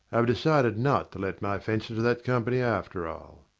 i've decided not to let my fences to that company after all.